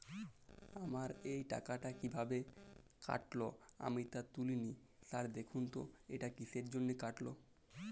আমার এই টাকাটা কীভাবে কাটল আমি তো তুলিনি স্যার দেখুন তো এটা কিসের জন্য কাটল?